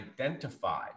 identify